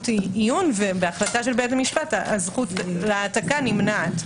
עיון ובהחלטה של בית משפט הזכות להעתקה נמנעת.